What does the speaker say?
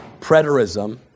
Preterism